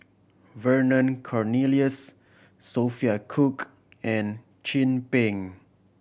Vernon Cornelius Sophia Cooke and Chin Peng